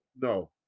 no